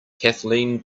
kathleen